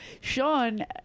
Sean